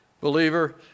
Believer